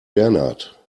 bernhard